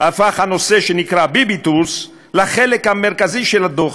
הפך הנושא שנקרא "ביביטורס" לחלק המרכזי של הדוח,